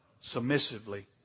submissively